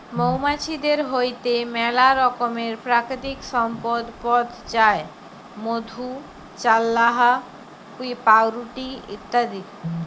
মৌমাছিদের হইতে মেলা রকমের প্রাকৃতিক সম্পদ পথ যায় মধু, চাল্লাহ, পাউরুটি ইত্যাদি